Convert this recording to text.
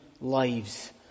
lives